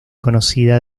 conocida